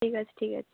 ଠିକ୍ ଅଛି ଠିକ୍ ଅଛି